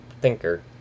thinker